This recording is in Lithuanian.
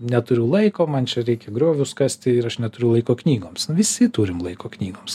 neturiu laiko man čia reikia griovius kasti ir aš neturiu laiko knygoms visi turim laiko knygoms